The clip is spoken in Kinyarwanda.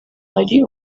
ari